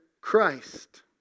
Christ